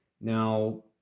Now